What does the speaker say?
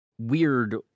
weird